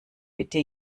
bitte